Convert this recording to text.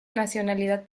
nacionalidad